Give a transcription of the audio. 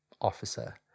officer